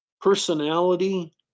personality